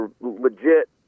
legit